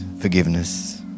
forgiveness